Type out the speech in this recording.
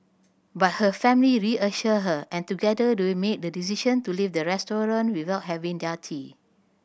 but her family reassured her and together made the decision to leave the restaurant without having their tea